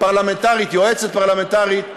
יועצת פרלמנטרית,